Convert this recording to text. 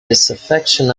disaffection